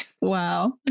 Wow